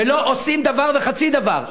ולא עושים דבר וחצי דבר.